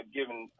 given